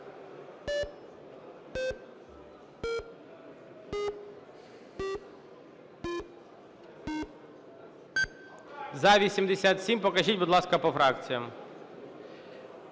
За-87 Покажіть, будь ласка, по фракціям.